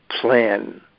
plan